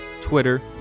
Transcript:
Twitter